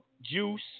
juice